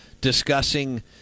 discussing